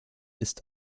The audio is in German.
ist